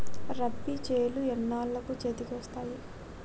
రబీ చేలు ఎన్నాళ్ళకు చేతికి వస్తాయి?